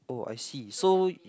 oh I see so